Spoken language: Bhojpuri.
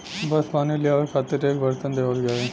बस पानी लियावे खातिर एक बरतन देवल जाई